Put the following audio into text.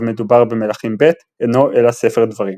מסופר במלכים ב' אינו אלא ספר דברים.